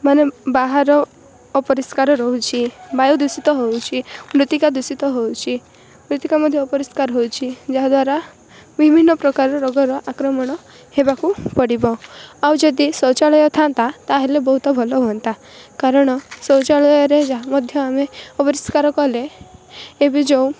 ମାନେ ବାହାର ଅପରିଷ୍କାର ରହୁଛି ବାୟୁ ଦୂଷିତ ହଉଛି ମୃତ୍ତିକା ଦୂଷିତ ହଉଛି ମୃତ୍ତିକା ମଧ୍ୟ ଅପରିଷ୍କାର ହଉଛି ଯାହାଦ୍ଵାରା ବିଭିନ୍ନ ପ୍ରକାର ରୋଗର ଆକ୍ରମଣ ହେବାକୁ ପଡ଼ିବ ଆଉ ଯଦି ଶୌଚାଳୟ ଥାଆନ୍ତା ତାହେଲେ ବହୁତ ଭଲ ହୁଅନ୍ତା କାରଣ ଶୌଚାଳୟରେ ଯାହା ମଧ୍ୟ ଆମେ ଅପରିଷ୍କାର କଲେ ଏବେ ଯେଉଁ